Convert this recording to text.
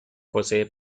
posee